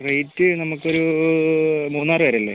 rate നമുക്ക് ഒരു മൂന്നാർ വരെ അല്ലേ